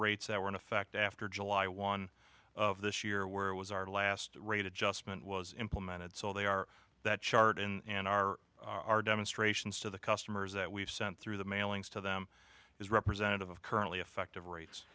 rates that were in effect after july one of this year where was our last rate adjustment was implemented so they are that chart and are our demonstrations to the customers that we've sent through the mailings to them is representative of currently effect